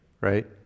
right